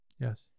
Yes